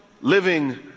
living